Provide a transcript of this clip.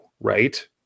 right